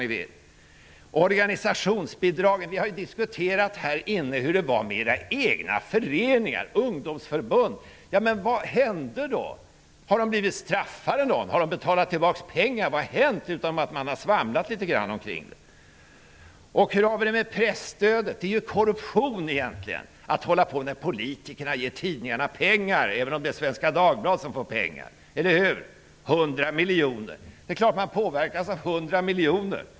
När det gäller organisationsbidragen har vi här diskuterat hur det är med era egna föreningar och ungdomsförbund. Vad hände? Har de blivit straffade. Har de betalat tillbaka pengar? Har det hänt något annat än att man har svamlat litet grand kring frågan? Hur är det med presstödet? Det är egentligen korruption när politikerna ger tidningar pengar, även om det är Svenska Dagbladet som får pengarna. Eller hur? Det är klart att man påverkas av 100 miljoner.